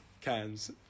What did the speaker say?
Cans